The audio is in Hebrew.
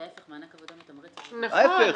נכון.